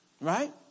Right